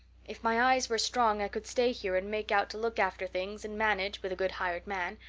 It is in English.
if my eyes were strong i could stay here and make out to look after things and manage, with a good hired man.